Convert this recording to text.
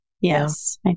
Yes